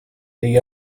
they